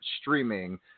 streaming